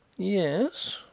yes.